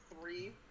three